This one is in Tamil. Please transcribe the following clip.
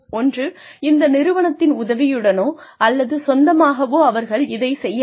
ஒன்று இந்த நிறுவனத்தின் உதவியுடனோ அல்லது சொந்தமாகவோ அவர்கள் இதைச் செய்ய வேண்டும்